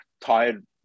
tired